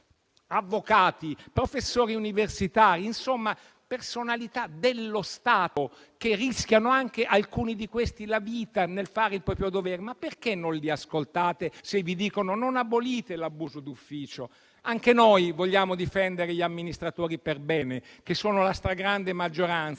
avvocati, professori universitari, insomma personalità dello Stato, alcune delle quali rischiano anche la vita nel fare il proprio dovere. Perché non li ascoltate, se vi dicono di non abolire l'abuso d'ufficio? Anche noi vogliamo difendere gli amministratori perbene, che sono la stragrande maggioranza,